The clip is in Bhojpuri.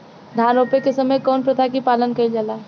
धान रोपे के समय कउन प्रथा की पालन कइल जाला?